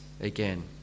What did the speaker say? again